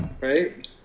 Right